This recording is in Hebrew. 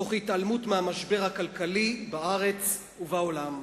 תוך התעלמות מהמשבר הכלכלי בארץ ובעולם.